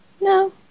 No